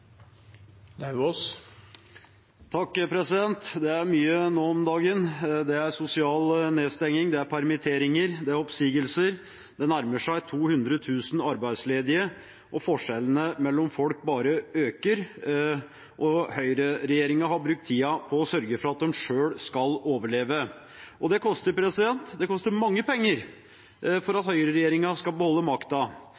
mye nå om dagen. Det er sosial nedstenging, det er permitteringer, det er oppsigelser, det nærmer seg 200 000 arbeidsledige, forskjellene mellom folk bare øker – og høyreregjeringen har brukt tiden på å sørge for at den selv skal overleve. Det koster – det koster mange penger for at